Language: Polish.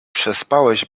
przespałeś